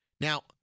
Now